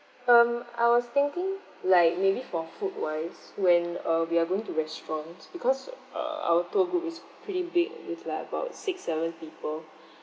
um I was thinking like maybe for food wise when uh we are going to restaurant because err our tour group is pretty big it's like about six seven people